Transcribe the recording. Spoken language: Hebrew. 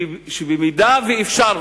שבמידה שאפשר,